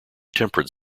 temperate